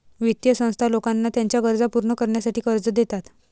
वित्तीय संस्था लोकांना त्यांच्या गरजा पूर्ण करण्यासाठी कर्ज देतात